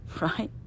right